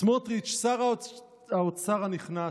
סמוטריץ', שר האוצר הנכנס,